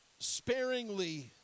Sparingly